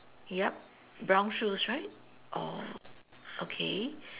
yup brown shoes right or okay